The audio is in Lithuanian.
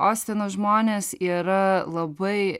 ostino žmonės yra labai